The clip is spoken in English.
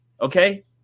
okay